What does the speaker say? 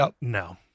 no